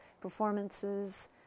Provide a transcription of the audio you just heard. performances